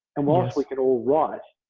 um ah we could all write.